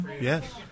Yes